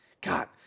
God